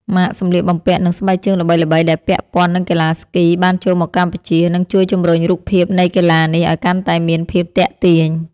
ម៉ាកសម្លៀកបំពាក់ និងស្បែកជើងល្បីៗដែលពាក់ព័ន្ធនឹងកីឡាស្គី បានចូលមកកម្ពុជា និងជួយជម្រុញរូបភាពនៃកីឡានេះឱ្យកាន់តែមានភាពទាក់ទាញ។